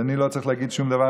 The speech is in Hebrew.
אני לא צריך להגיד שום דבר,